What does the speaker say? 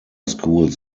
schools